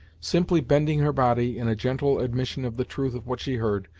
simply bending her body, in a gentle admission of the truth of what she heard,